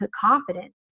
confidence